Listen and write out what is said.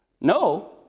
no